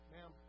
Ma'am